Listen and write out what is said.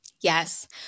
Yes